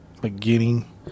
beginning